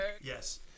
Yes